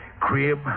crib